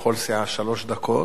לכל סיעה שלוש דקות.